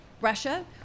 Russia